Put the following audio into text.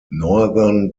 northern